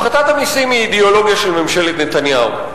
הפחתת המסים היא אידיאולוגיה של ממשלת נתניהו.